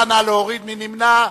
מי נמנע?